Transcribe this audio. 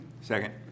Second